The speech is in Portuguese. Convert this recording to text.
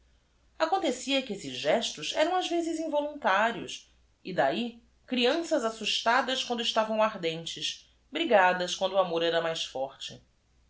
a que esses gestos eram ás vezes involuntários e d a h i cre anças assustadas quando estavam ardentes brigadas quando o amor era mais forte